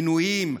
עינויים,